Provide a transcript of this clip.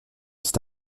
cet